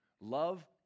Love